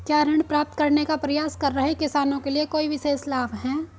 क्या ऋण प्राप्त करने का प्रयास कर रहे किसानों के लिए कोई विशेष लाभ हैं?